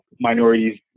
minorities